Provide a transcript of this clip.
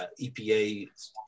EPA